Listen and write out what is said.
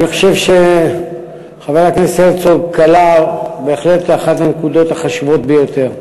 אני חושב שחבר הכנסת הרצוג קלע בהחלט לאחת הנקודות החשובות ביותר.